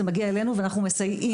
זה מגיע אלינו ואנחנו מסייעים